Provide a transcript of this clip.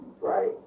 right